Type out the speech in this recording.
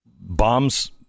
bombs